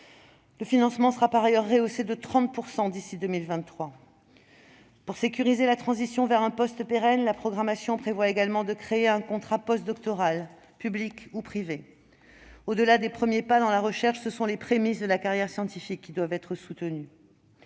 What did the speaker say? Leur financement sera par ailleurs rehaussé de 30 % d'ici à 2023. Pour sécuriser la transition vers un poste pérenne, la programmation prévoit également de créer un contrat postdoctoral public ou privé. Au-delà des premiers pas dans la recherche, ce sont les prémices de la carrière scientifique qui doivent être soutenues.